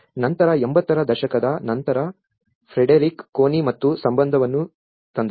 ನಂತರ 80 ರ ದಶಕದ ನಂತರ ಫ್ರೆಡೆರಿಕ್ ಕೋನಿ ಮತ್ತು ಸಂಬಂಧವನ್ನು ತಂದರು